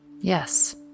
yes